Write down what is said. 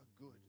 good